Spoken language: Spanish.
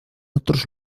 otros